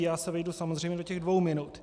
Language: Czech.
Já se vejdu samozřejmě do těch dvou minut.